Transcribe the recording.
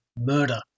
murder